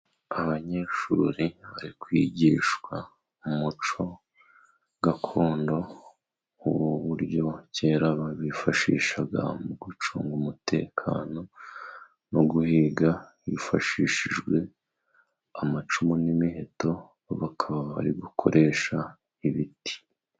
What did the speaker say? Abanyeshuri bari kwigishwa umuco gakondo. Ubu buryo kera bawifashishaga mu gucunga umutekano, no guhiga hifashishijwe amacumu n'imiheto bakaba bari gukoresha ibiti.